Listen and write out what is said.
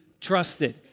trusted